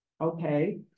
okay